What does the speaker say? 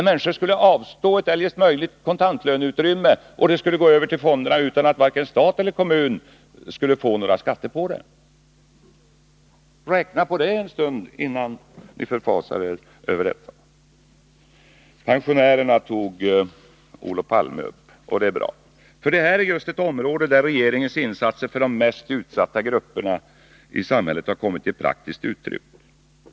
Människor skulle då avstå ett eljest möjligt kontantlöneutrymme, som skulle gå över till fonderna, utan att varken stat eller kommun fick några skatter på dessa belopp. Räkna på det, innan ni förfasar er. Olof Palme tog upp pensionärerna, och det är bra. Detta är just ett område där regeringens insatser för de mest utsatta grupperna i samhället har kommit till praktiskt uttryck.